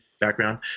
background